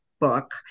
book